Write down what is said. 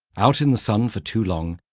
out in the sun for too long,